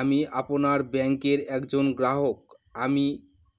আমি আপনার ব্যাঙ্কের একজন গ্রাহক আমি